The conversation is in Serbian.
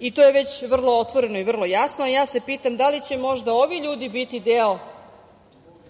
i to je već vrlo otvoreno i jasno. Ja se pitam da li će možda ovi ljudi biti deo